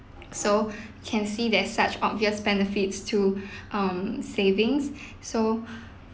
so can see that such obvious benefits to um savings so